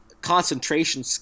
concentration